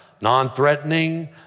Non-threatening